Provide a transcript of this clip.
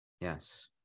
yes